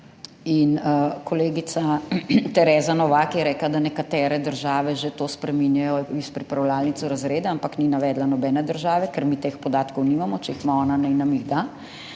Kolegica Tereza Novak je rekla, da nekatere države že to spreminjajo iz pripravljalnic v razrede, ampak ni navedla nobene države. Ker mi teh podatkov nimamo, če jih ima ona, naj nam jih da.